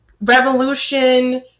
revolution